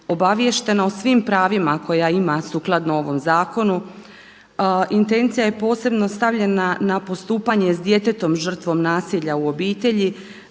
obaviještena o svim pravima koja ima sukladno ovom zakonu. Intencija je posebno stavljena na postupanje s djetetom žrtvom nasilja u obitelji,